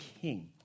king